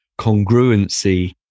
congruency